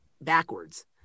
backwards